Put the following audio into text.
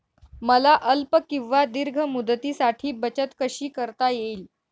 मला अल्प किंवा दीर्घ मुदतीसाठी बचत कशी करता येईल?